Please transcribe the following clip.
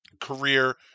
career